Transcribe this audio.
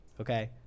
Okay